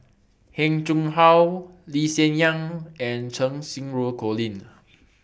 Heng Chee How Lee Hsien Yang and Cheng Xinru Colin